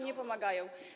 Nie pomagają.